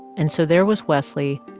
and so there was wesley,